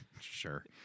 Sure